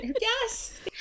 Yes